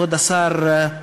כבוד השר,